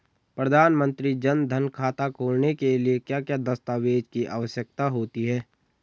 प्रधानमंत्री जन धन खाता खोलने के लिए क्या क्या दस्तावेज़ की आवश्यकता होती है?